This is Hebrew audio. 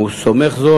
והוא סומך זאת,